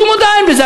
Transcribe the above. שום הודעה אין בזה,